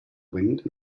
wind